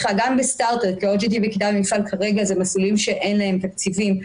כי OGT וכיתה במפעל כרגע זה מסלולים שאין להם תקציבים,